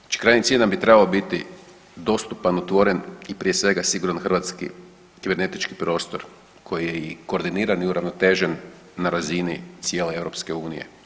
Znači krajnji cilj bi nam trebao biti dostupan, otvoren i prije svega siguran hrvatski kibernetički prostor koji je koordiniran i uravnotežen na razini cijele EU.